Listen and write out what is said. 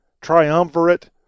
triumvirate